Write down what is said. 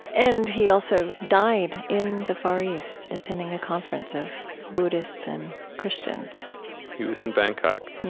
and he also died in the far east attending a conference of buddhists and christians he was in bangkok.